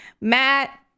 matt